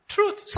Truth